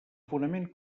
fonament